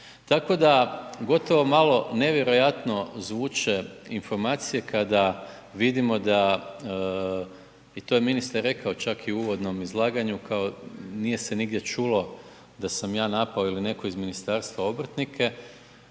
Tako da gotovo malo nevjerojatno zvuče informacije kada vidimo da i to je ministar rekao čak i u uvodnom izlaganju, nije se nigdje čulo da sam ja napao ili netko iz ministarstva obrtnike,